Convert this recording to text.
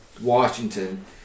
Washington